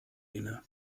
inne